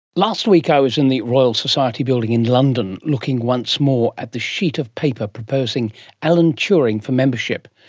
last week i was in the royal society building in london, looking once more at the sheet of paper proposing alan turing for membership.